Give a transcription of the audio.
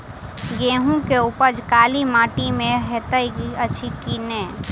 गेंहूँ केँ उपज काली माटि मे हएत अछि की नै?